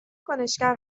کنشگر